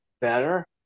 better